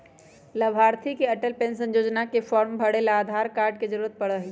लाभार्थी के अटल पेन्शन योजना के फार्म भरे ला आधार कार्ड के जरूरत पड़ा हई